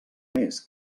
més